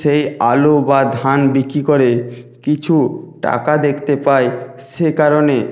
সেই আলু বা ধান বিক্রি করে কিছু টাকা দেখতে পায় সেকারণে